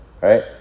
Right